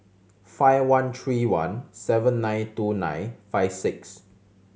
five one three one seven nine two nine five six